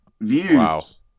views